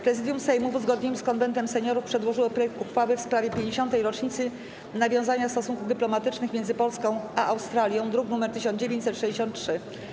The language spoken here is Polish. Prezydium Sejmu, w uzgodnieniu z Konwentem Seniorów, przedłożyło projekt uchwały w sprawie 50. rocznicy nawiązania stosunków dyplomatycznych między Polską a Australią, druk nr 1963.